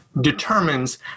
determines